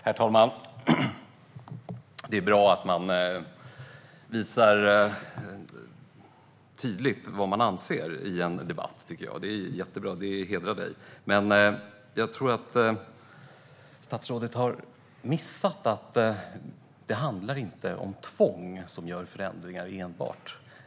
Herr talman! Det är jättebra att man visar tydligt vad man anser i en debatt. Det hedrar statsrådet. Men jag tror att statsrådet har missat att det som kan leda till förändringar inte enbart handlar om tvång.